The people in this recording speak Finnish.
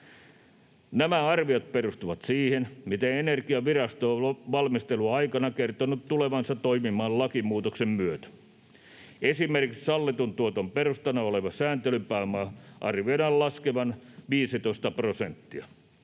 Nämä arviot perustuvat siihen, miten Energiavirasto on valmisteluaikana kertonut tulevansa toimimaan lakimuutoksen myötä. Esimerkiksi sallitun tuoton perustana olevan sääntelypääoman arvioidaan laskevan 15 prosenttia.